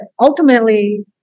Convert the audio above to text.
ultimately